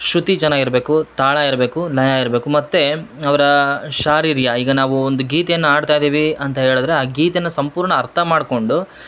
ಶೃತಿ ಚೆನ್ನಾಗಿರಬೇಕು ತಾಳ ಇರಬೇಕು ಲಯ ಇರಬೇಕು ಮತ್ತು ಅವರ ಶಾರೀರ ಈಗ ನಾವು ಒಂದು ಗೀತೆಯನ್ನ ಆಡ್ತಾ ಇದ್ದೀವಿ ಅಂತ ಹೇಳ್ದ್ರೆ ಆ ಗೀತೆನ ಸಂಪೂರ್ಣ ಅರ್ಥ ಮಾಡ್ಕೊಂಡು